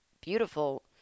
beautiful